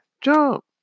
jump